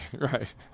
right